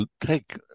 take